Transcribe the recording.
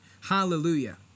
Hallelujah